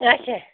اچھا